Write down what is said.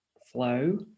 flow